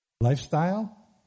Lifestyle